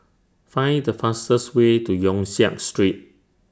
Find The fastest Way to Yong Siak Street